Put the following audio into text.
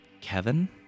Kevin